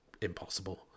impossible